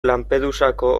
lampedusako